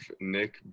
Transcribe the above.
Nick